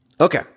Okay